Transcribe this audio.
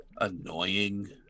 annoying